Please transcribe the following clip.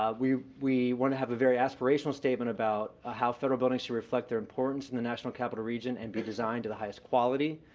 ah we we want to have a very aspirational statement about ah how federal buildings should reflect their importance in the national capital region and be designed to the highest quality.